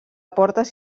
portes